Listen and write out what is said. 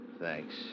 Thanks